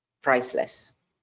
priceless